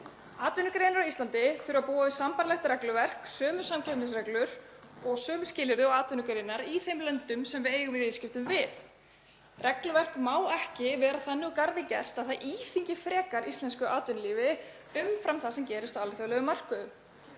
Atvinnugreinar á Íslandi þurfa að búa við sambærilegt regluverk, sömu samkeppnisreglur og sömu skilyrði og atvinnugreinar í þeim löndum sem við eigum í viðskiptum við. Regluverk má ekki vera þannig úr garði gert að það íþyngi frekar íslensku atvinnulífi umfram það sem gerist á alþjóðlegum mörkuðum.